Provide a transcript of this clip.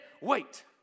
wait